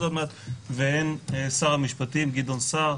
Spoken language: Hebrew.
והן את שר המשפטים גדעון סער,